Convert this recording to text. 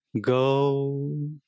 go